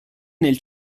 nel